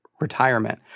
retirement